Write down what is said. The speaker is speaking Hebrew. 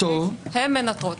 הן מנטרות.